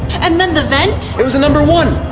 and then the vent. it was a number one.